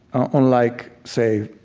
unlike, say,